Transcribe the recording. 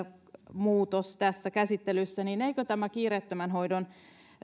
muutos tässä käsittelyssä eikö tämä kiireettömän hoidon